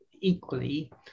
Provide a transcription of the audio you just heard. equally